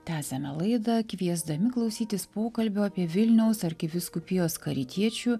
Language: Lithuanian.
tęsiame laidą kviesdami klausytis pokalbio apie vilniaus arkivyskupijos karitiečių